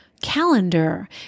calendar